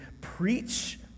preach